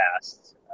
past